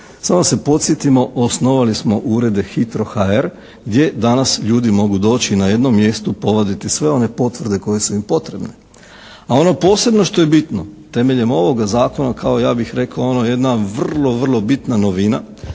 Samo se podsjetimo, osnovali smo urede Hitro.HR gdje danas ljudi mogu doći na jednom mjestu povaditi sve one potvrde koje su im potrebne. A ono posebno što je bitno temeljem ovoga Zakona kao ja bih rekao ono jedna vrlo, vrlo bitna novina,